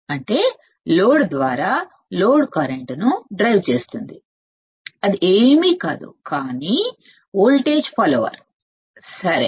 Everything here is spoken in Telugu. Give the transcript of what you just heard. అంటే అది వోల్టేజ్ ఫాలోవర్ తప్ప మరొకటి కాదు సరే